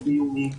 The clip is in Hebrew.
לא באיומים,